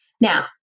Now